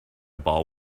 ball